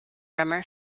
drummer